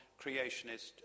creationist